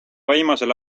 viimasel